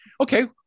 Okay